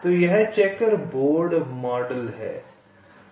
तो यह checker board model है